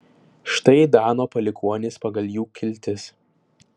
štai dano palikuonys pagal jų kiltis